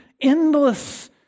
endless